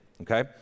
Okay